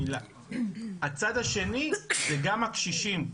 הצד השני זה גם הקשישים,